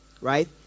right